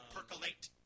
Percolate